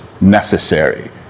necessary